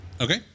Okay